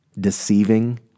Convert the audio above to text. deceiving